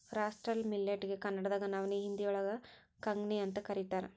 foxtail millet ಗೆ ಕನ್ನಡದಾಗ ನವನಿ, ಹಿಂದಿಯೋಳಗ ಕಂಗ್ನಿಅಂತ ಕರೇತಾರ